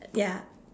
ya